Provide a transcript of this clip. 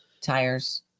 Tires